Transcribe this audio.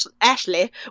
Ashley